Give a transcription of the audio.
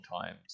times